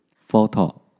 Photo